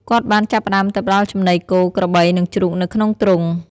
គាត់បានចាប់ផ្តើមទៅផ្តល់ចំណីគោ ក្របី និងជ្រូកនៅក្នុងទ្រុង។